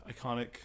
iconic